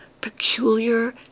peculiar